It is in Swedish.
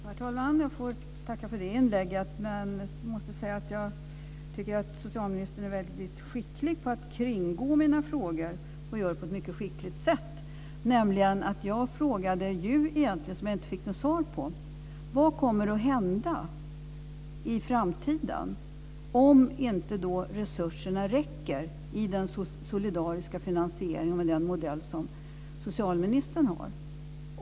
Herr talman! Jag får tacka för det inlägget. Jag måste säga att jag tycker att socialministern är skicklig på att kringgå mina frågor. Han gör det på ett mycket skickligt sätt. Jag ställde ju en fråga som jag egentligen inte fick något svar på. Vad kommer att hända i framtiden om resurserna inte räcker i den solidariska finansieringen med den modell som socialministern har?